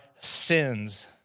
sins